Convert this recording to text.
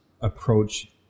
approach